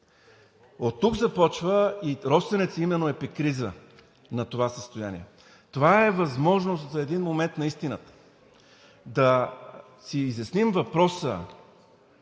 Оттук започва! И „Росенец“ именно е епикриза на това състояние. Това е възможност за един момент на истината, да си изясним въпроса